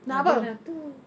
ada lah tu